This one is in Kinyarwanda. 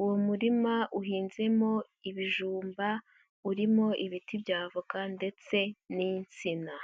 uwo murima uhinzemo ibijumba, urimo ibiti bya avoka ndetse n'insina.